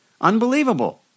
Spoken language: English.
Unbelievable